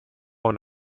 und